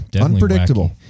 unpredictable